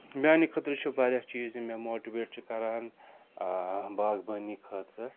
میٛانہِ خٲطرٕ چھُ واریاہ چیٖز یِم مےٚ ماٹِویٹ چھِ کَران باغبٲنی خٲطرٕ